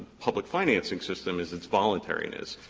public financing system is its voluntariness.